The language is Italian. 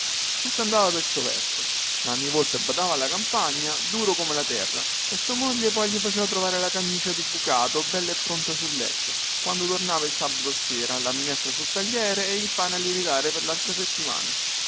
tutto andava pel suo verso nanni volpe badava alla campagna duro come la terra e sua moglie poi gli faceva trovare la camicia di bucato bella e pronta sul letto quando tornava il sabato sera la minestra sul tagliere il pane a lievitare per laltra settimana